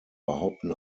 behaupten